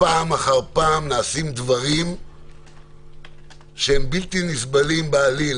פעם אחר פעם נעשים דברים שהם בלתי נסבלים בעליל.